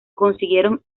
consiguieron